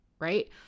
right